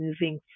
moving